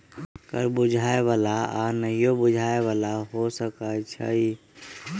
कर बुझाय बला आऽ नहियो बुझाय बला हो सकै छइ